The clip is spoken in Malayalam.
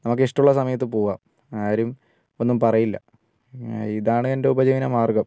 നമുക്ക് ഇഷ്ടമുള്ള സമയത്ത് പോകാം ആരും ഒന്നും പറയില്ല ഇതാണ് എൻ്റെ ഉപജീവനമാർഗ്ഗം